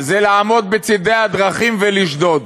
זה לעמוד בצדי הדרכים ולשדוד.